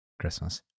Christmas